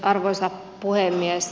arvoisa puhemies